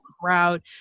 crowd